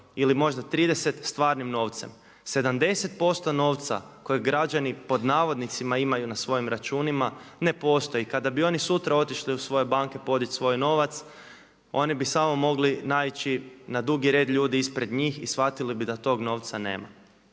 ili možda 30 stvarnim novcem. 70% novca kojeg građani pod navodnicima imaju na svojim računima ne postoji. Kada bi oni sutra otišli u svoje banke podići svoj novac oni bi samo mogli naići na dugi red ljudi ispred njih i shvatili bi da tog novca nema.